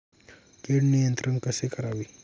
कीड नियंत्रण कसे करावे?